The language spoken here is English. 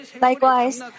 Likewise